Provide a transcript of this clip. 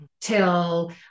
till